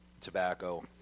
tobacco